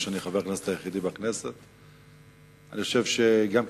אני מניח שאני חבר הכנסת היחידי בכנסת.